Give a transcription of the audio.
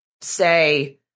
say